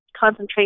concentration